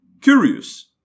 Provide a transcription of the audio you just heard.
curious